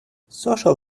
social